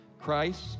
Christ